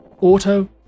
Auto